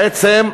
בעצם,